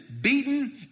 beaten